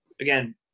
again